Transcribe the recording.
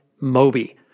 Moby